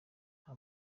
nta